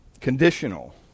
conditional